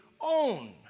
own